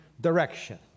direction